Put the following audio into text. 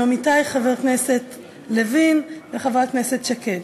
עם עמיתי חבר הכנסת לוין וחברת הכנסת שקד,